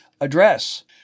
Address